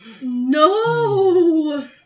No